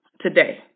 today